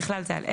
ובכלל זה על אלה: